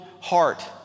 heart